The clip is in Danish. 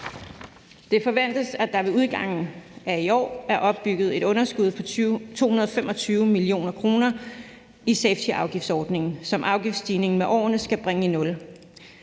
Det forventes, at der ved udgangen af i år er opbygget et underskud på 225 mio. kr. i safetyafgiftsordningen, som afgiftsstigningen med årene skal bringe i nul.